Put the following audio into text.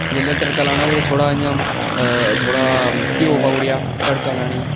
जेल्लै तड़का लाना होवै तां थोह्ड़ा इ'यां थोड़ा घ्यौ पाई ओड़ेआ तड़का लानेई